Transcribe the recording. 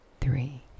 three